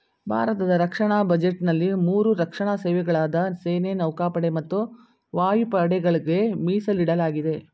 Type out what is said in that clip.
ಭಾರತದ ರಕ್ಷಣಾ ಬಜೆಟ್ನಲ್ಲಿ ಮೂರು ರಕ್ಷಣಾ ಸೇವೆಗಳಾದ ಸೇನೆ ನೌಕಾಪಡೆ ಮತ್ತು ವಾಯುಪಡೆಗಳ್ಗೆ ಮೀಸಲಿಡಲಾಗಿದೆ